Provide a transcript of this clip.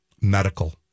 Medical